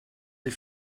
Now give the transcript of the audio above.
des